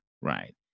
right